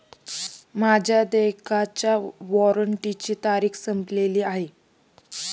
माझ्या देयकाच्या वॉरंटची तारीख संपलेली आहे